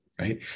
right